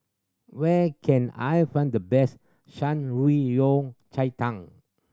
where can I find the best Shan Rui Yao Cai Tang